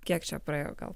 kiek čia praėjo gal